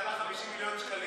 זה עלה 50 מיליון שקלים.